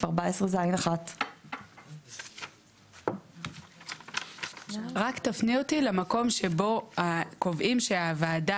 14ז1. רק תפני אותי למקום שבו קובעים שהוועדה,